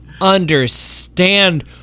understand